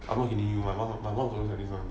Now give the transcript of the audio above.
I won't be leaving my mom my mom always like this one